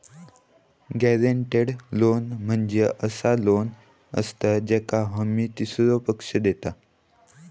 guaranteed loan म्हणजे असा loan असता ज्याची हमी तीसरो पक्ष देता